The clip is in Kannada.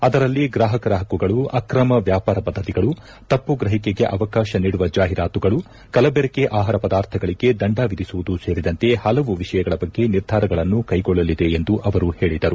ಅದರಲ್ಲಿ ಗ್ರಾಹಕರ ಹಕ್ಕುಗಳು ಅಕ್ರಮ ವ್ಯಾಪಾರ ಪದ್ದತಿಗಳು ತಪ್ಪು ಗ್ರಹಿಕೆಗೆ ಅವಕಾಶ ನೀಡುವ ಜಾಹೀರಾತುಗಳು ಕಲಬೆರಕೆ ಆಹಾರ ಪದಾರ್ಥಗಳಿಗೆ ದಂಡ ವಿಧಿಸುವುದು ಸೇರಿದಂತೆ ಹಲವು ವಿಷಯಗಳ ಬಗ್ಗೆ ನಿರ್ಧಾರಗಳನ್ನು ಕ್ವೆಗೊಳ್ಳಲಿದೆ ಎಂದು ಅವರು ಹೇಳಿದರು